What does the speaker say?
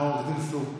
העורך דין, אסור,